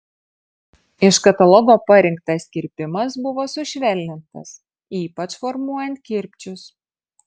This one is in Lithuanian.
iš katalogo parinktas kirpimas buvo sušvelnintas ypač formuojant kirpčius